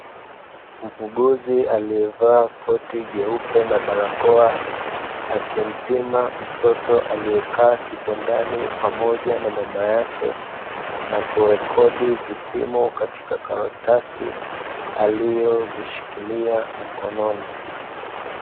Muuguzi aliyevaa koti jeupe na barakoa, akimpima mtoto aliyekaa kitandani pamoja na mama yake na kurekodi vipimo katika karatasi alio zishikilia mkononi.